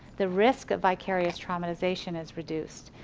the risk of vicarious traumatization is reduced.